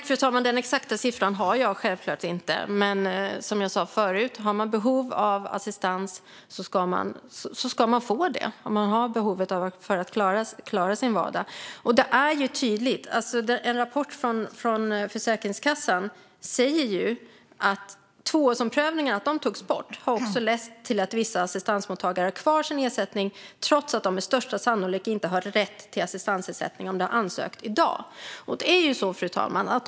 Fru talman! Den exakta siffran har jag självklart inte. Men som jag sa förut: Om man har behov av assistans för att klara sin vardag ska man få det. Enligt en rapport från Försäkringskassan har borttagandet av tvåårsomprövningarna lett till att vissa assistansmottagare har kvar sin ersättning trots att de med största sannolikhet inte hade haft rätt till assistansersättning om de hade ansökt i dag. Fru talman!